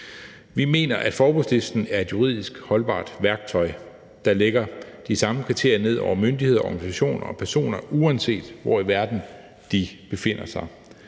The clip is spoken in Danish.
Vi mener, at forbudslisten er et juridisk holdbart værktøj, der lægger de samme kriterier ned over myndigheder, organisationer og personer, uanset hvor i verden de befinder sig.